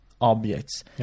objects